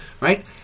right